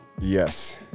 yes